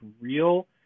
real